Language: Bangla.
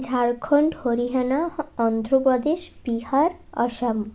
ঝাড়খণ্ড হরিয়ানা অন্ধ্রপ্রদেশ বিহার আসাম